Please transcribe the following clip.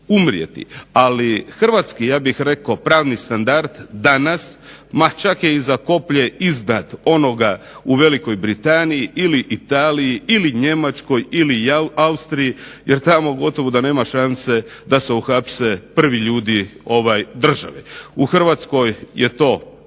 ali hrvatski ja bih rekao pravni standard danas ma čak je i za koplje iznad onoga u Velikoj Britaniji ili Italiji ili Njemačkoj ili Austriji jer tamo gotovo da nema šanse da se uhapse prvi ljudi države. U Hrvatskoj je to